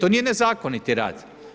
To nije nezakoniti rad.